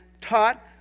taught